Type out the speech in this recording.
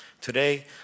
Today